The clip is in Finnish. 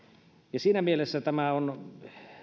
ja siinä mielessä tämä on